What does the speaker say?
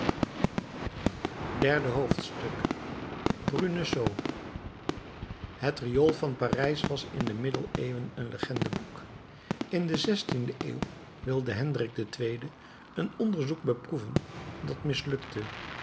derde hoofdstuk bruneseau het riool van parijs was in de middeleeuwen een legendenboek in de zestiende eeuw wilde hendrik ii een onderzoek beproeven dat mislukte